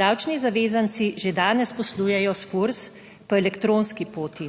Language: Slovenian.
Davčni zavezanci že danes poslujejo s FURS po elektronski poti.